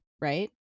right